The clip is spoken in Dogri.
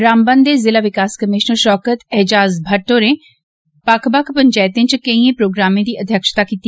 रामबन दे ज़िला विकास कमीश्नर शौकत एजाज़ भट्ट होरें बक्ख बक्ख पंचैतें च केईएं प्रोग्रामें दी अध्यक्षता कीती